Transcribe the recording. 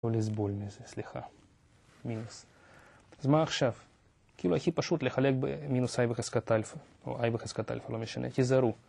לא לסבול, סליחה, מינוס אז מה עכשיו? כאילו הכי פשוט לחלק במינוס i בחסקת אלפא או i בחסקת אלפא, לא משנה, תיזהרו